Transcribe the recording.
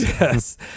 Yes